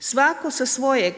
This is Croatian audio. svatko sa svojeg